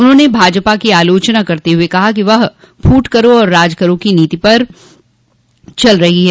उन्होंने भाजपा की आलोचना करते हुए कहा कि वह फूट करो और राज करो की नीति पर चल रही है